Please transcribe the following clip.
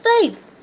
faith